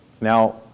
Now